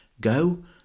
Go